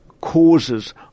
causes